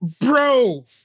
Bro